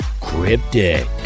cryptic